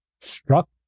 struck